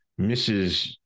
Mrs